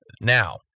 now